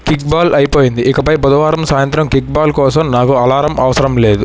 kickball అయిపోయింది ఇకపై బుధవారము సాయంత్రం కిక్బాల్ కోసం నాకు అలారం అవసరం లేదు